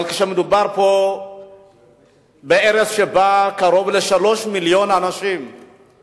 אלא כשמדובר בארץ שבה קרוב ל-3 מיליוני אנשים